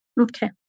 Okay